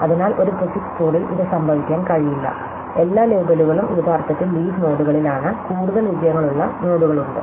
അതിനാൽ ഒരു പ്രിഫിക്സ് കോഡിൽ ഇത് സംഭവിക്കാൻ കഴിയില്ല എല്ലാ ലേബലുകളും യഥാർത്ഥത്തിൽ ലീഫ് നോഡുകളിലാണ് കൂടുതൽ വിജയങ്ങളുള്ള നോഡുകളുണ്ട്